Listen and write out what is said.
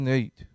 eight